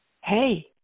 hey